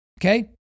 Okay